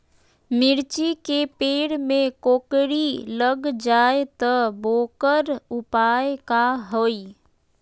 मिर्ची के पेड़ में कोकरी लग जाये त वोकर उपाय का होई?